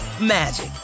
magic